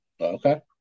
Okay